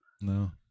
No